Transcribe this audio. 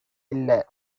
இல்ல